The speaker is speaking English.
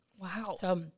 Wow